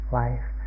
life